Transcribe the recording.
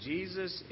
Jesus